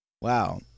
wow